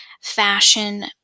fashion